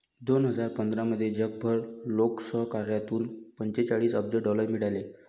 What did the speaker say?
दोन हजार पंधरामध्ये जगभर लोकसहकार्यातून पंचेचाळीस अब्ज डॉलर मिळाले